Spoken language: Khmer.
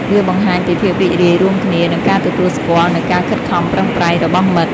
វាបង្ហាញពីភាពរីករាយរួមគ្នា និងការទទួលស្គាល់នូវការខិតខំប្រឹងប្រែងរបស់មិត្ត។